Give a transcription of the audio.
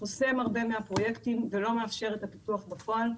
חוסם הרבה מהפרויקטים, ולא מאפשר את הפיתוח בפועל.